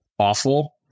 Awful